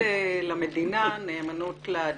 במקום נאמנות למדינה נאמנות לאדם.